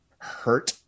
hurt